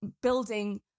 building